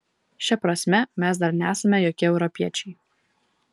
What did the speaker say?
šia prasme mes dar nesame jokie europiečiai